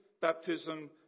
baptism